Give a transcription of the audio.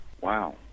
Wow